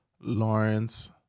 Lawrence